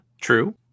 True